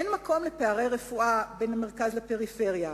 אין מקום לפערים ברפואה בין המרכז לפריפריה.